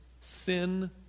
Sin